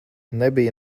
nebija